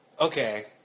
Okay